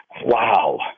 wow